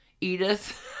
Edith